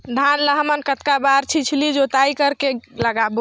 धान ला हमन कतना बार छिछली जोताई कर के लगाबो?